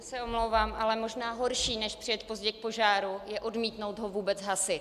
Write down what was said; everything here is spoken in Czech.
Já se omlouvám, ale možná horší než přijet pozdě k požáru je odmítnout ho vůbec hasit.